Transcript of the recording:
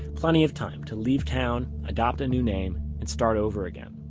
plenty of time to leave town, adopt a new name, and start over again